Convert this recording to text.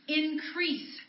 increase